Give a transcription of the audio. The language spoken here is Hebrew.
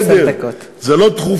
עשר דקות, זו הצעה לא דחופה.